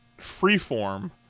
Freeform